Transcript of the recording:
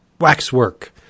waxwork